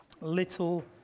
little